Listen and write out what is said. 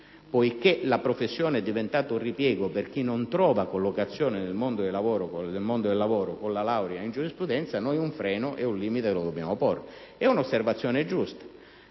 poiché la professione è diventata un ripiego per chi non trova collocazione nel mondo del lavoro con la laurea in giurisprudenza, un freno si deve porre. È un'osservazione giusta,